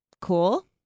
Cool